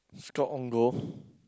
scored own goal